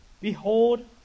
Behold